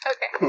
Okay